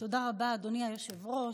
תודה רבה, אדוני היושב-ראש.